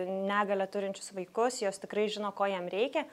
negalią turinčius vaikus jos tikrai žino ko jiem reikia